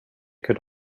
could